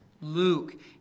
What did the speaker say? Luke